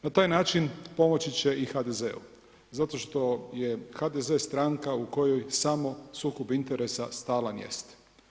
Na tak način pomoći će i HDZ-u zato što je HDZ stranka u kojoj sam sukob interesa stalan jest.